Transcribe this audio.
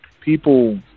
people